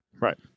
Right